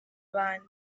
bandi